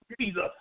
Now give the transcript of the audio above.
Jesus